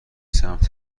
سمت